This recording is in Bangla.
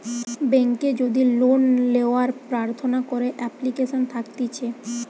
বেংকে যদি লোন লেওয়ার প্রার্থনা করে এপ্লিকেশন থাকতিছে